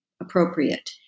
appropriate